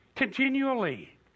Continually